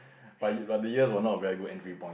but but the ears were not a very good entry point